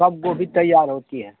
कब गोभी तैयार होती हे